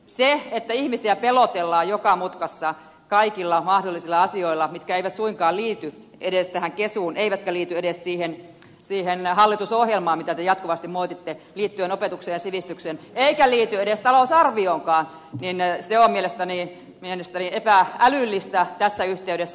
se että ihmisiä pelotellaan joka mutkassa kaikilla mahdollisilla asioilla mitkä eivät suinkaan liity edes tähän kesuun eivätkä liity edes siihen hallitusohjelmaan mitä te jatkuvasti moititte liittyen opetukseen ja sivistykseen eivätkä liity edes talousarvioonkaan on mielestäni epä älyllistä tässä yhteydessä